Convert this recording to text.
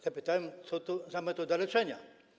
Zapytałam, co to za metoda leczenia.